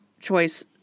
choice